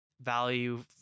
value